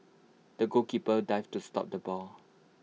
the goalkeeper dived to stop the ball